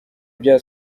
bya